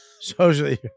socially